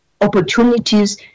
opportunities